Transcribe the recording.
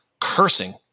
cursing